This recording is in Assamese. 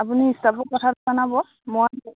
আপুনি ষ্টাফক কথাটো জনাব মই